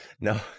No